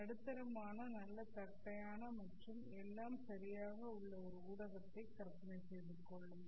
நடுத்தரமான நல்ல தட்டையான மற்றும் எல்லாம் சரியாக உள்ள ஒரு ஊடகத்தை கற்பனை செய்து கொள்ளுங்கள்